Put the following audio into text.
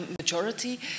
majority